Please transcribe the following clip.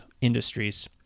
industries